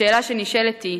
השאלה שנשאלת היא,